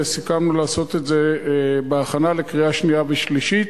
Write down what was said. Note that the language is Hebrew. וסיכמנו לעשות את זה בהכנה לקריאה שנייה ושלישית,